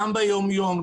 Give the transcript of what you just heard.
גם ביום-יום,